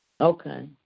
Okay